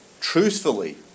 truthfully